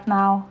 now